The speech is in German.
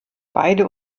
beide